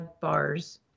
bars